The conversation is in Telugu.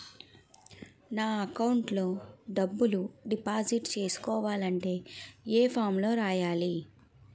నా అకౌంట్ లో డబ్బులు డిపాజిట్ చేసుకోవాలంటే ఏ ఫామ్ లో రాయాలి?